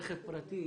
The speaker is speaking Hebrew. רכב פרטי,